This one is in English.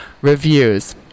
Reviews